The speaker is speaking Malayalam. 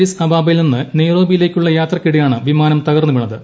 ആഡിസ് അബാബയിൽ നിന്ന് നെയ്റോബിയിലേയ്ക്കുള്ള യാത്രക്കിടെയാണ് വിമാനം തകർന്നു വീണത്